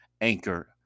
Anchor